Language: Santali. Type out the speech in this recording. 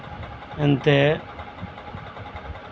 ᱮᱱᱛᱮ